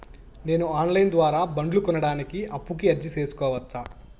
నేను online ద్వారా బండ్లు కొనడానికి అప్పుకి అర్జీ సేసుకోవచ్చా?